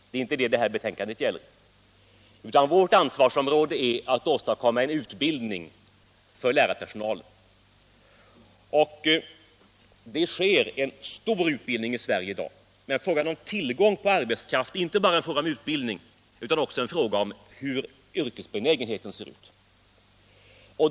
Det är inte det betänkandet gäller, utan inom vårt ansvarsområde ligger att åstadkomma en utbildning för lärarpersonalen. Det pågår en omfattande utbildning i Sverige, men tillgången på arbetskraft är inte bara en fråga om utbildning, utan också en fråga om hur yrkesbenägenheten ser ut.